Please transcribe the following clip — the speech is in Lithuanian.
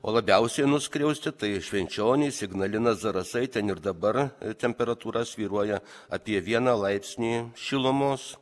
o labiausiai nuskriausti tai švenčionys ignalina zarasai ten ir dabar temperatūra svyruoja apie vieną laipsnį šilumos